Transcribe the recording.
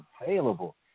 available